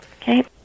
Okay